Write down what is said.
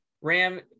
ram